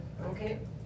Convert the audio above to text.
okay